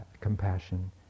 compassion